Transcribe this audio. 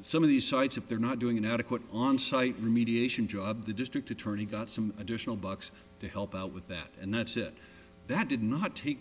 some of these sites if they're not doing an adequate onsite remediation job the district attorney got some additional bucks to help out with that and that's it that did not take